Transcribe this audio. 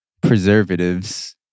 preservatives